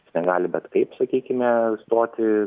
jis negali bet kaip sakykime stoti